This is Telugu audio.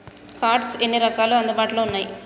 కార్డ్స్ ఎన్ని రకాలు అందుబాటులో ఉన్నయి?